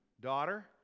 daughter